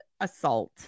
assault